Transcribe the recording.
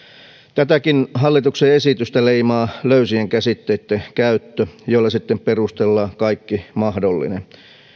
tätäkin hallituksen esitystä leimaa löysien käsitteitten käyttö joilla sitten perustellaan kaikki mahdollinen